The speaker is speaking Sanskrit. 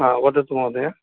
वदतु महोदय